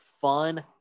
fun